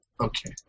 Okay